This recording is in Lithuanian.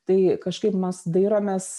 tai kažkaip mas dairomės